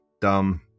dumb